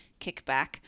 kickback